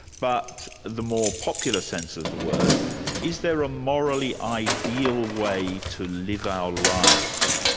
but the more popular sense of the word is there a morally ideal way to live our lives?